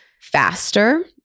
faster